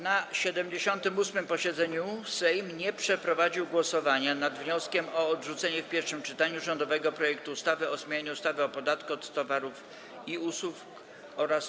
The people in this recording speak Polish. Na 78. posiedzeniu Sejm nie przeprowadził głosowania nad wnioskiem o odrzucenie w pierwszym czytaniu rządowego projektu ustawy o zmianie ustawy o podatku od towarów i usług oraz